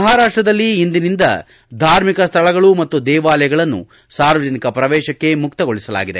ಮಹಾರಾಷ್ಟದಲ್ಲಿ ಇಂದಿನಿಂದ ಧಾರ್ಮಿಕ ಸ್ಥಳಗಳು ಮತ್ತು ದೇವಾಲಯಗಳನ್ನು ಸಾರ್ವಜನಿಕ ಪ್ರವೇಶಕ್ಕೆ ಮುಕ್ತಗೊಳಿಸಲಾಗಿದೆ